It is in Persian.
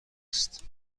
است